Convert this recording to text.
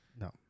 No